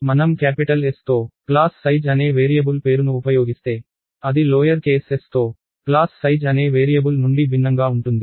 మనం capital S తో class size అనే వేరియబుల్ పేరును ఉపయోగిస్తే అది లోయర్ కేస్ s తో క్లాస్ సైజ్ అనే వేరియబుల్ నుండి భిన్నంగా ఉంటుంది